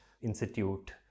institute